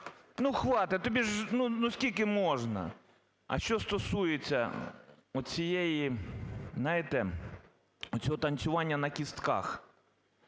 Ну, хватить тобі, ну, скільки можна? А що стосується от цієї, знаєте, оцього танцювання на кістках